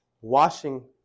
washing